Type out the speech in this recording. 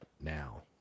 now